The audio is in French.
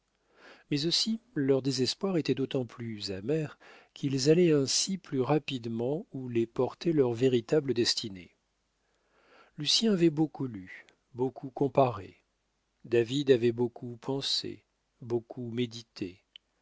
mais aussi leur désespoir était d'autant plus amer qu'ils allaient ainsi plus rapidement là où les portait leur véritable destinée lucien avait beaucoup lu beaucoup comparé david avait beaucoup pensé beaucoup médité